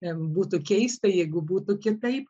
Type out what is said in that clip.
būtų keista jeigu būtų kitaip